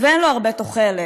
ואין לו הרבה תוחלת,